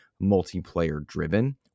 multiplayer-driven